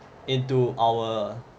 into our